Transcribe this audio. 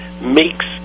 makes